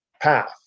path